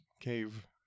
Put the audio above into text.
cave